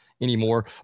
anymore